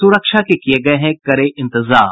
सुरक्षा के किये गये हैं कड़े इंतजाम